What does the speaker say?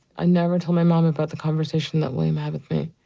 i never told my mom about the conversation that william had with me.